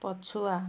ପଛୁଆ